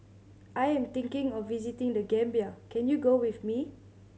I am thinking of visiting The Gambia can you go with me